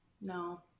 no